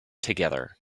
together